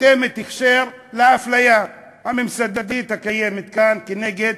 חותמת הכשר לאפליה הממסדית הקיימת כאן נגד